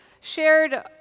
shared